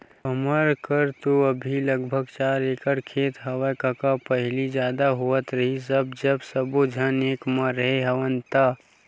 हमर करा तो अभी लगभग चार एकड़ खेत हेवय कका पहिली जादा होवत रिहिस हवय जब सब्बो झन एक म रेहे हवन ता